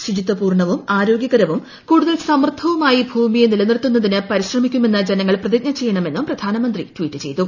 ശുചിത്വപൂർണ്ണവും ആരോഗ്യകരവും കൂടുതൽ സമൃദ്ധവുമായി ഭൂമിയെ നിലനിർത്തുന്നതിന് പരിശ്രമിക്കുമെന്ന് ജനങ്ങൾ പ്രതിജ്ഞ ചെയ്യണമെന്നും പ്രധാനമന്ത്രി ട്വീറ്റ് ചെയ്തു